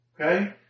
Okay